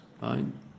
Fine